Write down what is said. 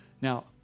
Now